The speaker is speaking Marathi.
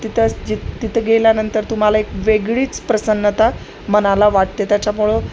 तिथं जिथ तिथं गेल्यानंतर तुम्हाला एक वेगळीच प्रसन्नता मनाला वाटते त्याच्यामुळं